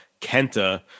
Kenta